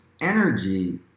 energy